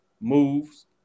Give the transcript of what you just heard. moves